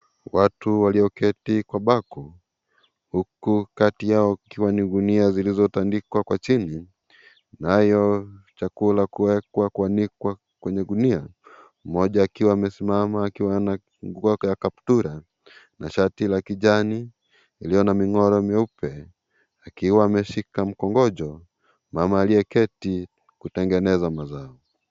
Watu walio keti kwa baku huku kati yao kukiwa gunia zilizo tandikwa kwa chini, nayo chakula kuwekwa kuanikwa kwenye gunia, mmoja akiwa amesimama akiwa na nguoaka ya kaptura na shati ya kijani ilio na mingora mieupe, akiwa ameshika mkongojo. Mama aliyeketi kutengeneza mazao.